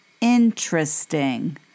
Interesting